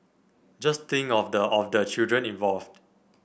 just think of the of the children involved